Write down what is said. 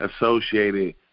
associated